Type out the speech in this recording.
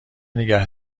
نگه